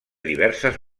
diverses